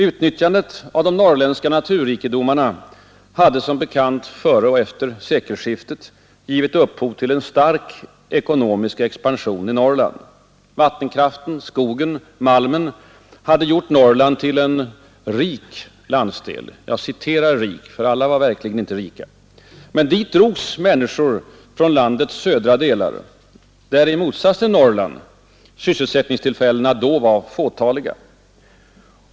Utnyttjandet av de norrländska naturrikedomarna hade som bekant före och efter sekelskiftet givit upphov till en stark ekonomisk expansion i Norrland. Vattenkraften, skogen och malmen har gjort Norrland till en ”rik” landsdel — jag citerar ordet rik, för alla var verkligen inte rika. Dit drogs människor från landets södra delar, där i motsats till i Norrland sysselsättningstillfällena då var fåtaliga.